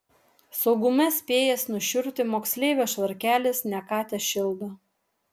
saugume spėjęs nušiurti moksleivio švarkelis ne ką tešildo